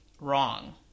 wrong